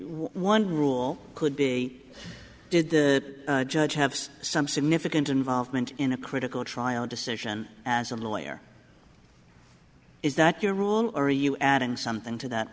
one rule could be did the judge have some significant involvement in a critical trial decision as a lawyer is that you're wrong or are you adding something to that